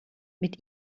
mit